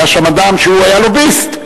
היה שם אדם שהיה לוביסט,